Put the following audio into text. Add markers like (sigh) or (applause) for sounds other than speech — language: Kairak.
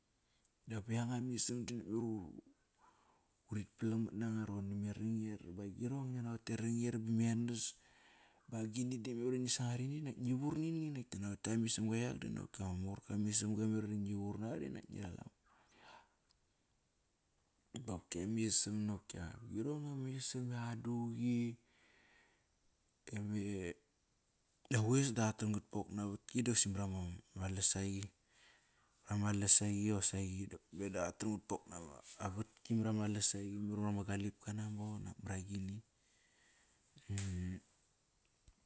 Dap yanga ma isam urit palang mat nanga rhoqor na ma ranger, ba agirong ngiat na qote ranger bome enas ba agini da memar i ngi sangar ini nakt ngi vurnini nakt ngia naqot iyak ama isamga da nak ama morqa ma ismaga memar i ngi vur naqa dinak ngi ralama maniqa. Nopki ama isam nopki agirong ama isam, ma qaduqi. Dap e quis da qatram qatpok naa vatk i doqosi mara ma lasaqi. Mara ma lasaqi qosaqi dap me da qatram gatpok na (unintelligible) vatki mara ma lasaqi mar mra ma galipka nambaot inak mara gini